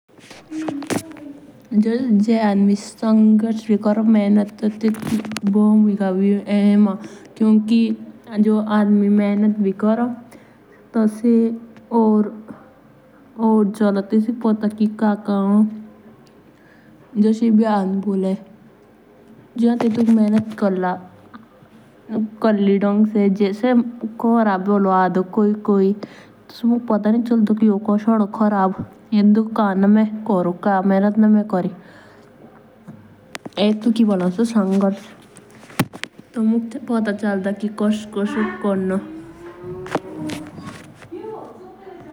कोतुई भी चेत्र मुजे विकास क्रनोक के बर्बाद अमुक खूब मेहनत पोडने कोर्न तभी सोको किच होई। विकास क्रदु समय जो मुश्किलो भी आयो तेतु ही कि संघर्ष बोलो।